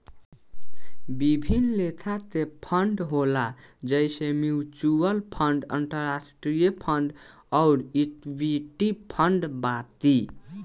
विभिन्न लेखा के फंड होला जइसे म्यूच्यूअल फंड, अंतरास्ट्रीय फंड अउर इक्विटी फंड बाकी